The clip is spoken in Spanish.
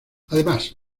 además